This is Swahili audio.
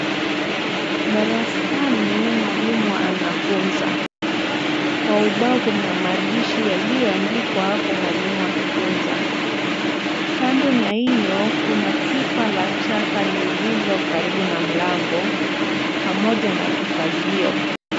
Darasani mwalimu anafunza. Kwa ubao kuna maandishi yaliyoandikwa hapo mwalimu akifunza. Kando na hiyo kuna pipa la taka lililo karibu na mlango pamoja na kifagio.